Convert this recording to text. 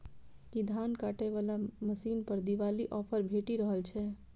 की धान काटय वला मशीन पर दिवाली ऑफर भेटि रहल छै?